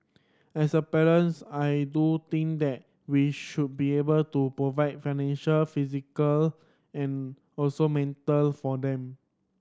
as a parent I do think that we should be able to provide financial physical and also mental for them